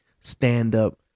stand-up